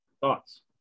Thoughts